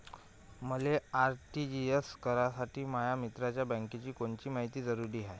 मले आर.टी.जी.एस करासाठी माया मित्राच्या बँकेची कोनची मायती जरुरी हाय?